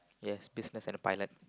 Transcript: yes business and the pilot